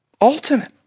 ultimate